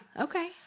Okay